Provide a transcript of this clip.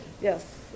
Yes